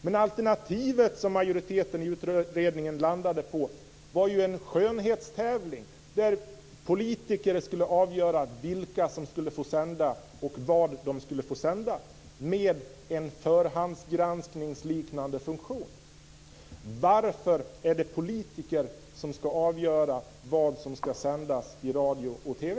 Men alternativet som majoriteten i utredningen landade på var ju en skönhetstävling, där politiker med en förhandsgranskningsliknande funktion skulle avgöra vilka som skulle få sända och vad de skulle få sända. Varför är det politiker som skall avgöra vad som skall sändas i radio och TV?